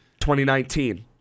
2019